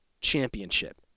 championship